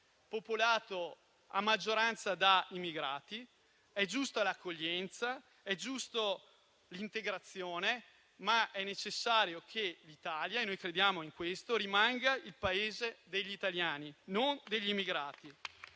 popolato a maggioranza da immigrati. L'accoglienza e l'integrazione sono giuste, ma è necessario che l'Italia - e noi crediamo in questo - rimanga il Paese degli italiani, non degli immigrati.